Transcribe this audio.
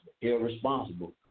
irresponsible